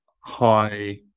high